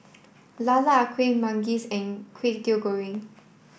lala kueh manggis in kway teow goreng